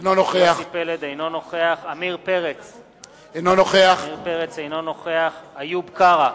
אינו נוכח עמיר פרץ, אינו נוכח איוב קרא,